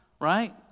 right